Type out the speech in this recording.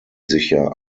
sicher